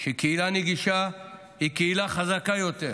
שקהילה נגישה היא קהילה חזקה יותר,